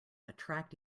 attract